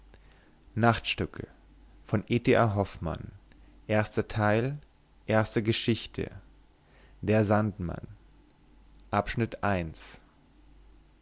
ruf der sandmann